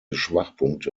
schwachpunkte